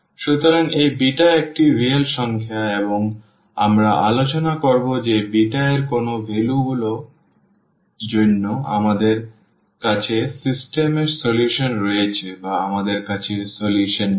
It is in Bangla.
সুতরাং এই বিটা একটি রিয়েল সংখ্যা এবং আমরা আলোচনা করব যে বিটা এর কোন ভ্যালু গুলির জন্য আমাদের কাছে সিস্টেম এর সমাধান রয়েছে বা আমাদের কাছে সমাধান নেই